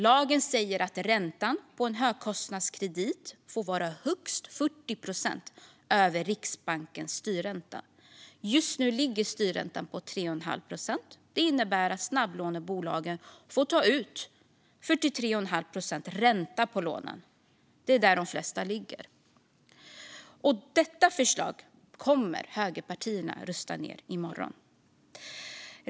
Lagen säger att räntan på en högkostnadskredit får vara högst 40 procent över Riksbankens styrränta. Just nu ligger styrräntan på 3 1⁄2 procent. Det innebär att snabblånebolagen får ta ut 43 1⁄2 procent ränta på lånen. Det är där de flesta ligger. Detta förslag kommer högerpartierna att rösta ned i morgon.